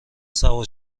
سوار